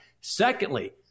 Secondly